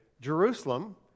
Jerusalem